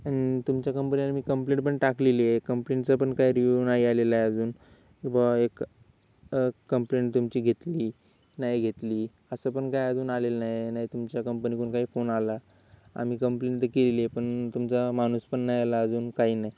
आणि तुमच्या कंपनला मी कंप्लेंट पण टाकलेली आहे कंप्लेंटचा पण काही रिव्यू नाही आलेला आहे अजून की बुवा एक कंप्लेंट तुमची घेतली नाही घेतली असं पण काय अजून आलेलं नाही नाही तुमच्या कंपनीकडून काही फोन आला आम्ही कंपलेन तर केली आहे पण तुमचा माणूस पण नाही आला अजून काही नाही